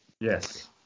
Yes